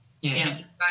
Yes